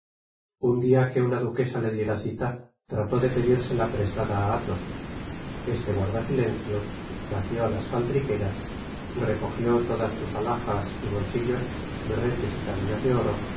un dia que una duquesa le diera cita trató de pedirsela prestada á athos este guardó silencio vació las faltriqueras recogió todas sus athajas y bolsillos herretes y cadenas de oro